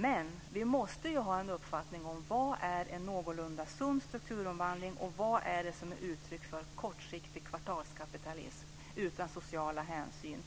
Men vi måste ha en uppfattning om vad som är en någorlunda sund strukturomvandling och vad som är uttryck för kortsiktig kvartalskapitalism utan sociala hänsyn